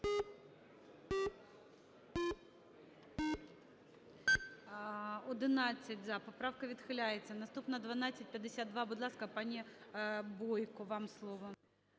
За-11 Поправка відхиляється. Наступна 1252. Будь ласка, пані Бойко, вам слово.